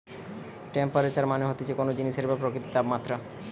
temperature মানে হতিছে কোন জিনিসের বা প্রকৃতির তাপমাত্রা